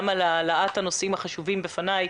גם על העלאת הנושאים החשובים בפני,